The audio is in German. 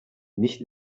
nicht